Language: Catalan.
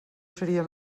seria